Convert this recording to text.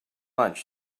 lunch